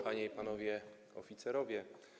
Panie i Panowie Oficerowie!